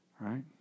right